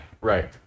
right